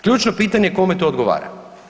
Ključno pitanje kome to odgovara?